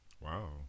Wow